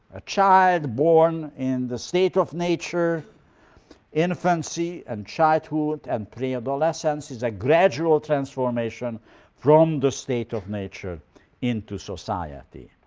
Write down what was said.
a child born in the state of nature infancy and childhood and pre-adolescence is a gradual transformation from the state of nature into society.